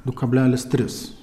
du kablelis tris